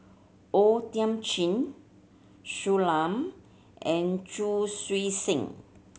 O Thiam Chin Shui Lan and Chu Chee Seng